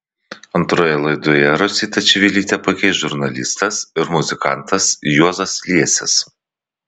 antroje laidoje rositą čivilytę pakeis žurnalistas ir muzikantas juozas liesis